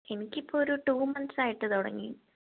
എനിക്കിപ്പോൾ ഒരു ടൂ മന്ത്സായിട്ട് തുടങ്ങി